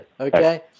Okay